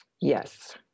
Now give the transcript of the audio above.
Yes